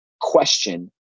question